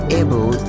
able